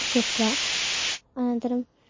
कृत्वा अनन्तरम्